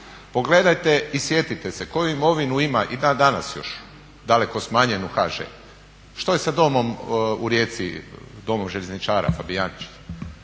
pogledajte i sjetite se koju imovinu ima i dan danas ima još daleko smanjenju HŽ. Što je sa Domom željezničara u Rijeci